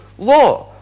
law